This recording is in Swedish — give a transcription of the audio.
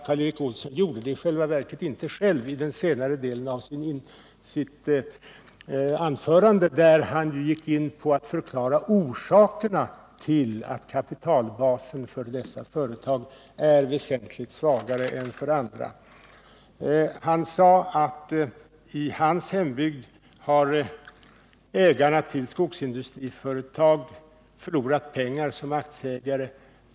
Karl Erik Olsson gjorde det i själva verket inte själv i den senare delen av sitt anförande, där han ju gick in på att förklara orsakerna till att kapitalbasen för dessa företag är väsentligt svagare än för andra. Han sade att i hans hembygd har ägarna till skogsindustriföretag förlorat pengar som aktieägare.